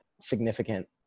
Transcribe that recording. significant